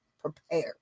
Prepare